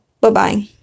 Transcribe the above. Bye-bye